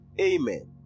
Amen